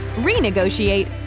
renegotiate